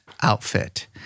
outfit